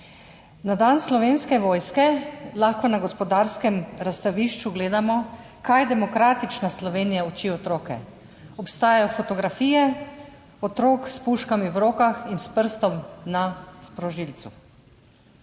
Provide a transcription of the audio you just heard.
Na dan Slovenske vojske lahko na Gospodarskem razstavišču gledamo, kaj demokratična Slovenija uči otroke. Obstajajo fotografije otrok s puškami v rokah in s prstom na sprožilcu.